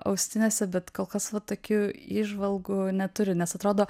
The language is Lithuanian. austinėse bet kol kas va tokių įžvalgų neturiu nes atrodo